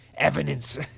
evidence